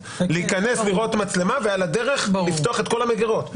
לראות מצלמה ועל הדרך לפתוח את כל המגירות.